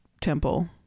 Temple